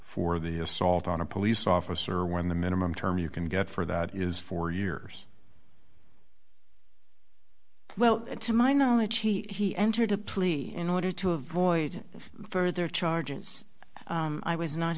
for the assault on a police officer when the minimum term you can get for that is four years well to my knowledge he entered a plea in order to avoid further charges i was not